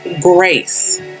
grace